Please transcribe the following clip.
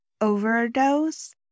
overdose